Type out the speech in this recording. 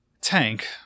tank